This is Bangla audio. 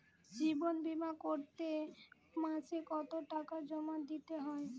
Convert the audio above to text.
জীবন বিমা করতে মাসে কতো টাকা জমা দিতে হয়?